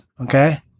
okay